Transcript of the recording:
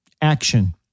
action